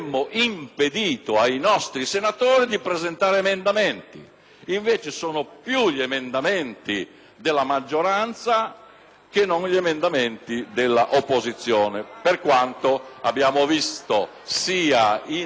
Invece sono più gli emendamenti della maggioranza che quelli dell'opposizione, per quanto abbiamo visto sia in Commissioneche in Aula*.